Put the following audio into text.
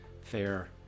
fair